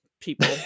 people